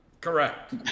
Correct